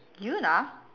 Yoona